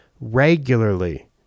regularly